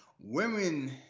women